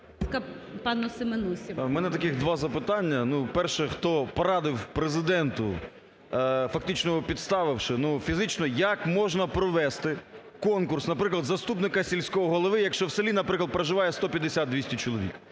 У мене таких два запитання. Ну, перше: хто порадив Президенту, фактично його підставивши? Ну, фізично як можна провести конкурс, наприклад, заступника сільського голови, якщо в селі, наприклад, проживає 150-200 чоловік?